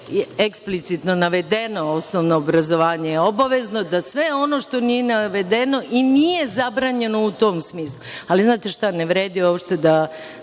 nešto eksplicitno navedeno, osnovno obrazovanje je obavezno, da sve ono što nije navedeno i nije zabranjeno u tom smislu. Znate šta? Ne vredi uopšte da